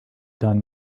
done